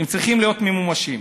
הן צריכות להיות ממומשות.